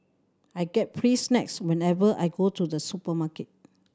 I get free snacks whenever I go to the supermarket